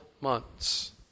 months